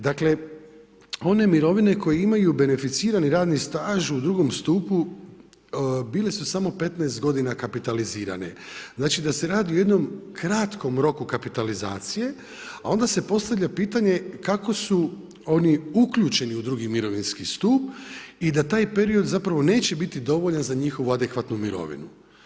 Dakle one mirovine koje imaju beneficirani radni staž u drugom stupu bile su samo 15 godina kapitalizirane, znači da se radi o jednom kratkom roku kapitalizacije, a onda se postavlja pitanje kako su oni uključeni u drugi mirovinski stup i da taj period neće biti dovoljan za njihovu adekvatnu mirovinu.